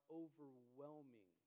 overwhelming